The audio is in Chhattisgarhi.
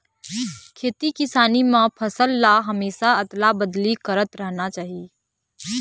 खेती किसानी म फसल ल हमेशा अदला बदली करत रहना चाही